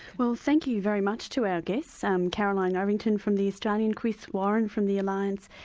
well thank you very much to our guests um caroline ovington from the australian, chris warren from the alliance,